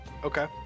Okay